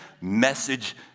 message